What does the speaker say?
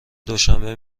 دوشنبه